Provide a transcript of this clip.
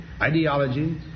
ideology